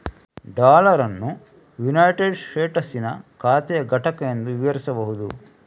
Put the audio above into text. dollar ಅನ್ನು united ಸ್ಟೇಟಸ್ಸಿನ ಖಾತೆಯ ಘಟಕ ಎಂದು ವಿವರಿಸಬಹುದು